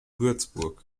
würzburg